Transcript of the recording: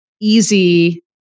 easy